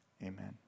Amen